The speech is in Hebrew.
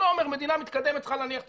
מדינה מתקדמת צריכה להניח תשתיות.